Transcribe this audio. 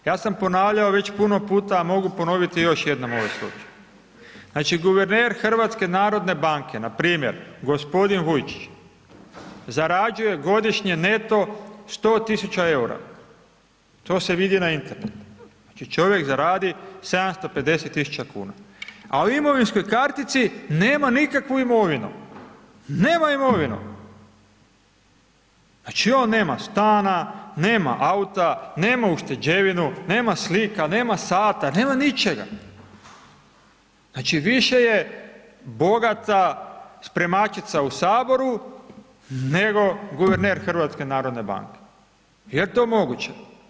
Ja sam ponavljao već puno puta, a mogu ponoviti još jednom u … [[Govornik se ne razumije]] Znači, guverner HNB-a npr. g. Vujčić zarađuje godišnje neto 100.000,00 EUR-a, to se vidi na internetu, znači, čovjek zaradi 750.000,00 kn, a u imovinskoj kartici nema nikakvu imovinu, nema imovinu, znači, on nema stana, nema auta, nema ušteđevinu, nema slika, nema sata, nema ničega, znači, više je bogata spremačica u HS, nego guverner HNB-a, jel to moguće?